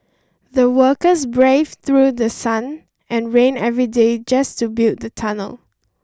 the workers braved through the sun and rain every day just to build the tunnel